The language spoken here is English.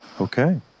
Okay